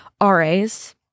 RAs